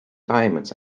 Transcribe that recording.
diamonds